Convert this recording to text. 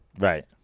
Right